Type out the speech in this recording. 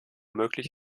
möglich